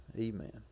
Amen